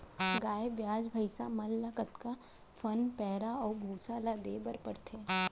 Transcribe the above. गाय ब्याज भैसा मन ल कतका कन पैरा अऊ भूसा ल देये बर पढ़थे?